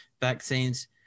vaccines